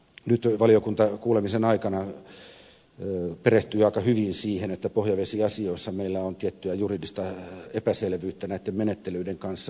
nyt valiokunta kuulemisen aikana perehtyi aika hyvin siihen että pohjavesiasioissa meillä on tiettyä juridista epäselvyyttä näitten menettelyiden kanssa